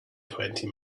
twenty